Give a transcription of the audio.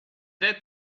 that